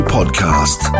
Podcast